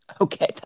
Okay